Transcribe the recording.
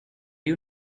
you